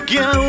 go